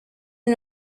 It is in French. est